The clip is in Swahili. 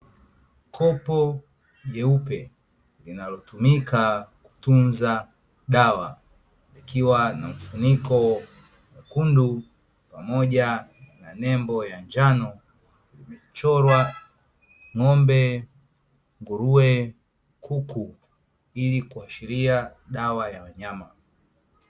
Kopo jeupe, linalotumika kutunza dawa likiwa na mfuniko mwekundu pamoja na nembo ya njano, limechorwa ng'ombe, nguruwe, kuku ili kuashiria dawa ya wanyama.